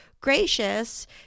gracious